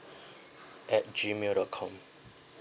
at G mail dot com